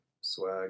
swag